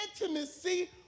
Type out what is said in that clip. intimacy